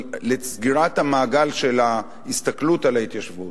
אבל לסגירת המעגל של ההסתכלות על ההתיישבות,